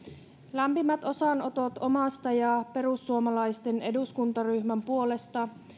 lämpimät osanotot omasta ja perussuomalaisten eduskuntaryhmän puolesta